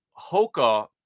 Hoka